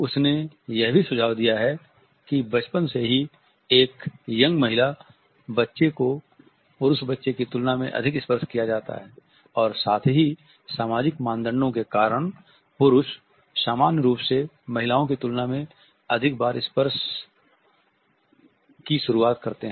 उसने यह भी सुझाव दिया है कि बचपन से ही एक यंग महिला बच्चे को पुरुष बच्चे की तुलना में अधिक स्पर्श किया जाता है और साथ ही सामाजिक मानदंडों के कारण पुरुष सामान्य रूप से महिलाओं की तुलना में अधिक बार स्पर्श की शुरुआत करते हैं